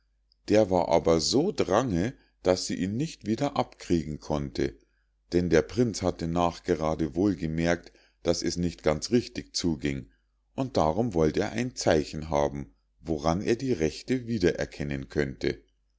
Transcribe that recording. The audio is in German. der war aber so drange daß sie ihn nicht wieder abkriegen konnte denn der prinz hatte nachgerade wohl gemerkt daß es nicht ganz richtig zuging und darum wollt er ein zeichen haben woran er die rechte wieder erkennen könnte